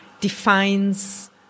defines